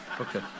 Okay